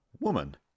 Woman